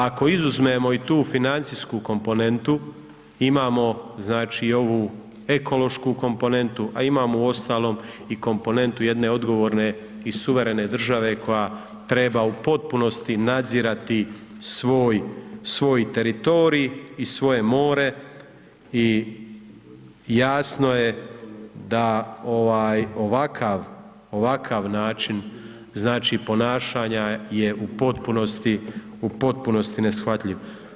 Ako izuzmemo i tu financijsku komponentu imamo znači ovu ekološku komponentu, a imamo uostalom i komponentu jedne odgovorne i suverene države koja treba u potpunosti nadzirati svoj, svoj teritorij i svoje more i jasno je da ovaj ovakav način znači ponašanja je u potpunosti, u potpunosti neshvatljiv.